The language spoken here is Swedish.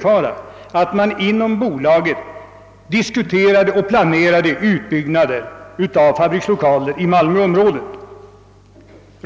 kommunen, att man inom bolaget diskuterade och planerade vissa nybyggnader av fabrikslokaler i malmöområdet.